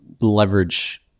leverage